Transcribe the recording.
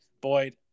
Boyd